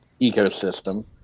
ecosystem